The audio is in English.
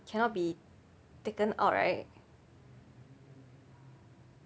cannot be taken out right